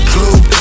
Clue